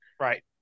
Right